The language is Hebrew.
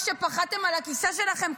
כשפחדתם על הכיסא שלכם,